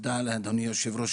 תודה לאדוני היושב-ראש,